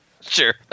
Sure